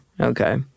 Okay